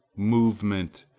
movement,